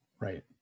Right